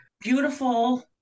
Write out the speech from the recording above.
beautiful